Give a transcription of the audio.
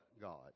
god